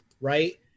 right